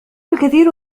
الكثير